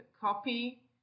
copy